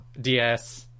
DS